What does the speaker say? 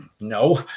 no